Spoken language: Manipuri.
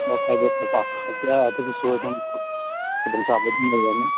ꯑꯗꯨꯒꯤꯁꯨ ꯑꯗꯨꯝ ꯈꯨꯗꯣꯡ ꯆꯥꯕ ꯑꯗꯨꯝ ꯂꯩꯒꯅꯤ